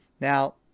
Now